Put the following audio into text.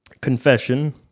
confession